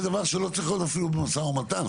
זה דבר שלא צריך להיות אפילו במשא ומתן,